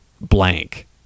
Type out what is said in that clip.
blank